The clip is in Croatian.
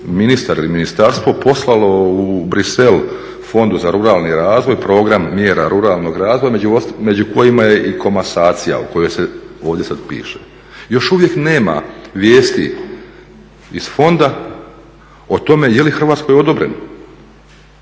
ministar ili ministarstvo poslalo u Brisel Fondu za ruralni razvoj program mjera ruralnog razvoja među kojima je i komasacija o kojoj se ovdje sada piše. Još uvijek nema vijesti iz Fonda o tome je li Hrvatskoj odobreno,